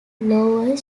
lower